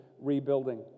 rebuilding